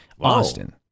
Austin